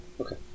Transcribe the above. Okay